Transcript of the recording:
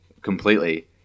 completely